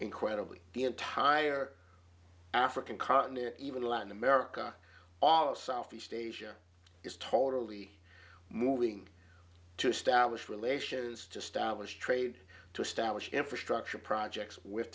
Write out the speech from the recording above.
incredibly the entire african continent even latin america all of southeast asia is totally moving to establish relations to stablish trade to establish infrastructure projects with